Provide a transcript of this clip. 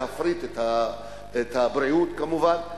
להפריט את הבריאות כמובן,